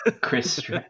Chris